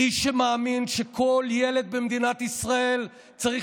איש שמאמין שכל ילד במדינת ישראל צריך